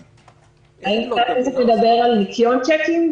האם חבר הכנסת מדבר על נקיון צ'קים?